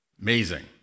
Amazing